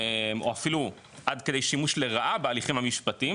או אפילו עד כדי שימוש לרעה בהליכים המשפטיים,